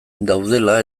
daudela